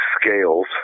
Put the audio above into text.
scales